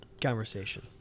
conversation